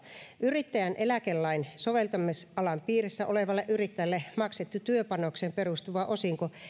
yrittäjän eläkelain soveltamisalan piirissä olevalle yrittäjälle maksettu työpanokseen perustuva osinko